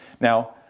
Now